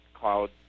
cloud